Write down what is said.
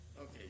Okay